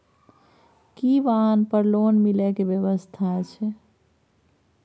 की वाहन पर लोन मिले के व्यवस्था छै?